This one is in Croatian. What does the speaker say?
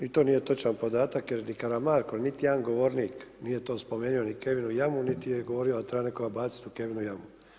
Ni to nije točan podatak jer ni Karamarko, niti jedan govornik nije to spomenuo, ni Kevinu jamu niti je govorio da treba nekog baciti u Kevinu jamu.